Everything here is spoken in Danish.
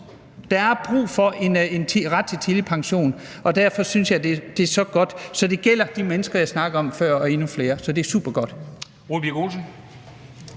der er brug for – en ret til tidlig pension, og derfor synes jeg, det er så godt. Det gælder de mennesker, jeg snakkede om før, og endnu flere, så det er supergodt.